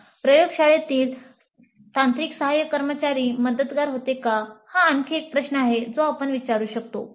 "प्रयोगशाळेतील तांत्रिक सहाय्य कर्मचारी मदतगार होते का" हा आणखी एक प्रश्न आहे जो आपण विचारू शकतो